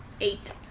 eight